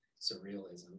surrealism